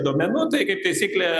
duomenų tai kaip taisyklė